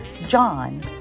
John